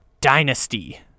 Dynasty